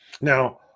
Now